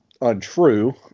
untrue